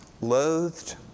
loathed